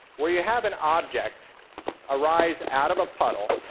where you have an object arise out of a puddle